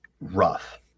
rough